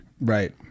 Right